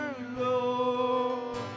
Lord